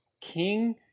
king